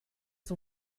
zum